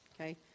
Okay